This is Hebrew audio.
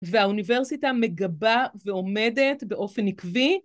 והאוניברסיטה מגבה ועומדת באופן עקבי.